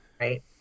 right